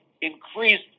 increased